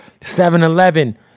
7-Eleven